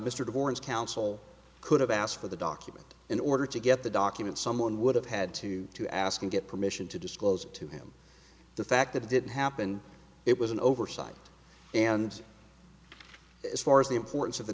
torrens counsel could have asked for the document in order to get the documents someone would have had to to ask and get permission to disclose to him the fact that it didn't happen it was an oversight and as far as the importance of the